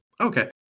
Okay